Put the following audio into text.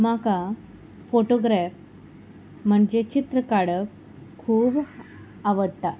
म्हाका फोटोग्रॅफ म्हणजे चित्र काडप खूब आवडटा